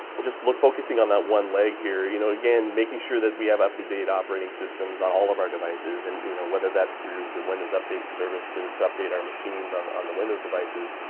just look focusing on that one leg here you know, again making sure that we have up to date operating systems on all of our devices. and you know, whether that's through the windows update service to to update our machines on on the windows devices.